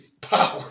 power